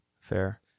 fair